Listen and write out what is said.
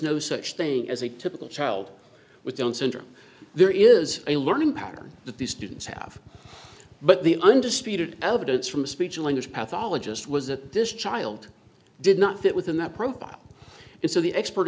no such thing as a typical child with down's syndrome there is a learning pattern that these students have but the undisputed evidence from speech and language pathologist was that this child did not fit within that profile and so the expert